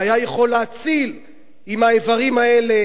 שהיה יכול להציל עם האיברים האלה